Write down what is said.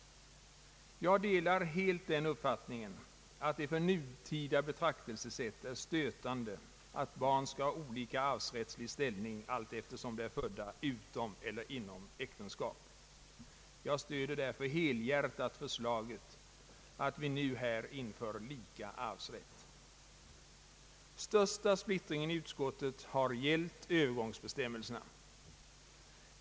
Jag delar helt den uppfattningen, att det för nutida betraktelsesätt är stötande att barn skall ha olika arvsrättslig ställning allteftersom de är födda utom eller inom äktenskap. Jag stöder därför helhjärtat förslaget att vi nu här inför lika arvsrätt. gällt övergångsbestämmelserna.